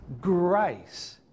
grace